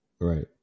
Right